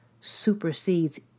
supersedes